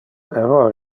error